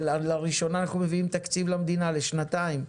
אבל לראשונה אנחנו מביאים תקציב למדינה לשנתיים,